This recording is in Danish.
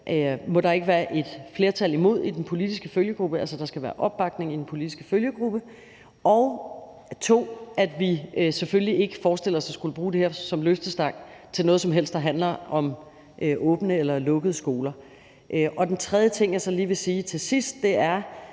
må der ikke være et flertal imod det i den politiske følgegruppe, altså der skal være opbakning i den politiske følgegruppe. Og for det andet at vi selvfølgelig ikke forestiller os at skulle bruge det her som en løftestang til noget som helst, der handler om åbne eller lukkede skoler. Kl. 16:50 Den tredje ting, jeg så lige vil sige til sidst, er,